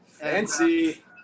Fancy